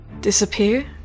disappear